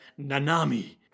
Nanami